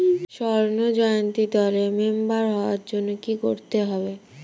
স্বর্ণ জয়ন্তী দলের মেম্বার হওয়ার জন্য কি করতে হবে?